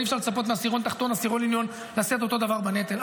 אי-אפשר לצפות מעשירון תחתון ועשירון עליון לשאת אותו דבר בנטל,